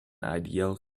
ideal